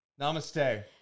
Namaste